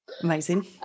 Amazing